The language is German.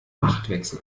machtwechsel